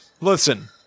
Listen